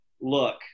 look